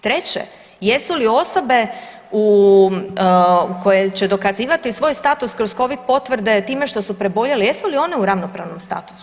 Treće, jesu li osobe koje će dokazivati svoj status kroz covid potvrde time što su preboljele, jesu li one u ravnopravnom statusu.